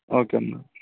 okay అన్న